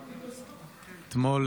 אתמול,